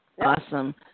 Awesome